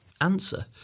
answer